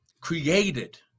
created